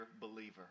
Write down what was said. believer